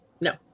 No